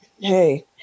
Hey